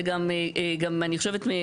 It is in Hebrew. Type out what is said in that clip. וגם אני חושבת,